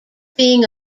being